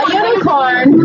unicorn